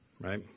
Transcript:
right